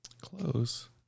Close